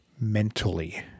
mentally